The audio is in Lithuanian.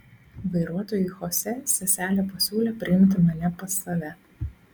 vairuotojui chosė seselė pasiūlė priimti mane pas save